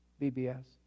BBS